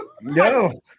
No